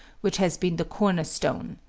which has been the corner-stone.